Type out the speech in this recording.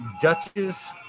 Duchess